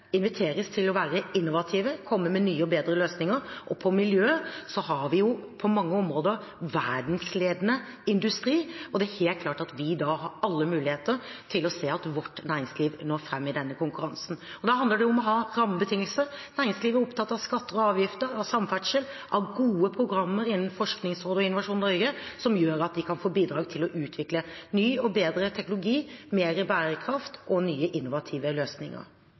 inviteres til å være innovative, komme med nye og bedre løsninger – og når det gjelder miljø, har vi jo på mange områder verdensledende industri – har vi helt klart alle muligheter til å se at vårt næringsliv når fram i denne konkurransen. Da handler det om å ha rammebetingelser. Næringslivet er opptatt av skatter og avgifter, av samferdsel, av gode programmer innen Forskningsrådet og Innovasjon Norge, som gjør at de kan få bidrag til å utvikle ny og bedre teknologi, større bærekraft og nye, innovative løsninger.